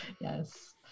Yes